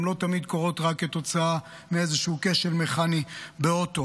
הן לא תמיד קורות רק כתוצאה מאיזשהו כשל מכני באוטו.